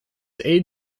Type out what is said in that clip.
aide